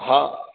हा